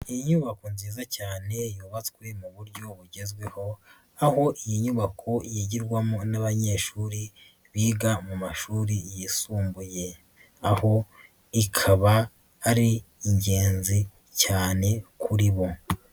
Inyubako nziza cyane yubatswe mu buryo bugezweho, aho iyi nyubako yigirwamo n'abanyeshuri biga mu mashuri yisumbuye, ikaba ari ingenzi cyane kuri bo.